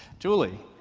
julie.